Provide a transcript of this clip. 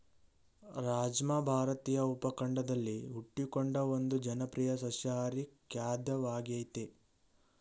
ರಾಜ್ಮಾ ಭಾರತೀಯ ಉಪಖಂಡದಲ್ಲಿ ಹುಟ್ಟಿಕೊಂಡ ಒಂದು ಜನಪ್ರಿಯ ಸಸ್ಯಾಹಾರಿ ಖಾದ್ಯವಾಗಯ್ತೆ